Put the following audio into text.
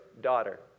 daughter